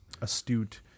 astute